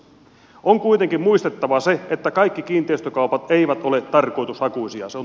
on kuitenkin muistettava se että kaikki kiinteistökaupat eivät ole tarkoitushakuisia